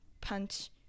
punch